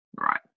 Right